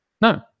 no